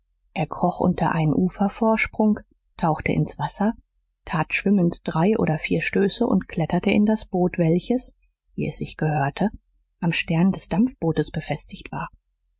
er kroch unter einen ufervorsprung tauchte ins wasser tat schwimmend drei oder vier stöße und kletterte in das boot welches wie es sich gehörte am stern des dampfbootes befestigt war